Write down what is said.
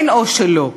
אין "או שלא",